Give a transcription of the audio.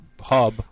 hub